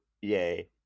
yay